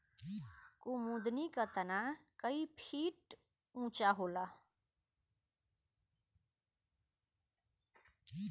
कुमुदनी क तना कई फुट ऊँचा होला